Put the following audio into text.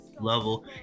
level